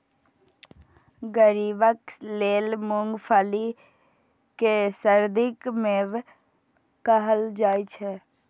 गरीबक लेल मूंगफली कें सर्दीक मेवा कहल जाइ छै